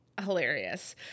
hilarious